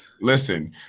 Listen